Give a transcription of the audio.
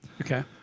Okay